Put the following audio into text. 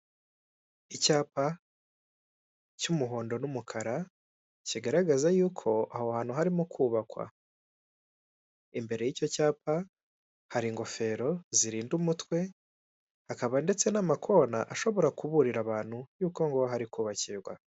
Icyapa cy'umuhondo n'umukara kigaragaza yuko aho hantu harimo kubakwa, imbere y'icyo cyapa hari ingofero zirinda umutwe, akaba ndetse n'amakona ashobora kuburira abantu yuko ngo hari kubakirwa.